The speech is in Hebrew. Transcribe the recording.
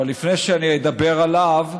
אבל לפני שאדבר עליו,